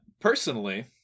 personally